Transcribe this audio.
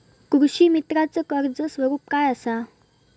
कृषीमित्राच कर्ज स्वरूप काय असा?